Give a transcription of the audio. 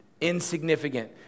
insignificant